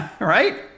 Right